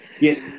Yes